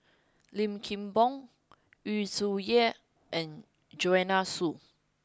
Lim Kim Boon Yu Zhuye and Joanne Soo